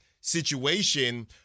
situation